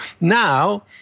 now